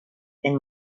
and